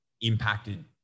impacted